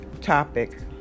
topic